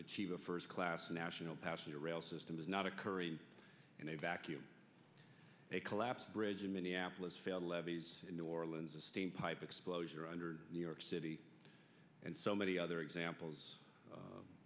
achieve a first class national passenger rail system is not occurring in a vacuum a collapsed bridge in minneapolis failed levees in new orleans a steam pipe explosion or under new york city and so many other examples